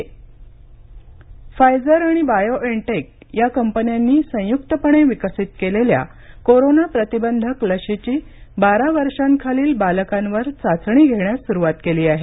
Pfizer लस Pfizer आणि BioNTech या कंपन्यांनी संयुक्तपणे विकसीत केलेल्या कोरोना प्रतिबंधक लशीची बारा वर्षांखालील बालकांवर चाचणी घेण्यास सुरुवात केली आहे